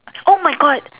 oh my God